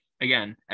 Again